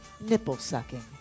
nipple-sucking